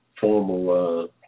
formal